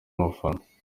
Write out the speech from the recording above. umufana